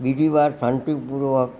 બીજી વાર શાંતિપૂર્વક